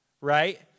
right